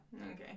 Okay